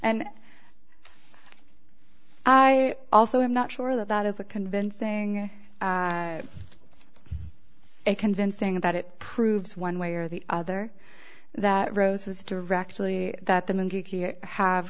and i also am not sure that that is a convincing a convincing that it proves one way or the other that rose was directly that them and have